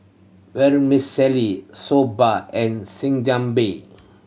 Vermicelli Soba and